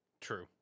True